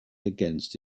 against